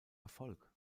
erfolg